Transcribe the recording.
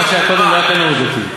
לא, מה שהיה קודם זה לא היה קנאות דתית.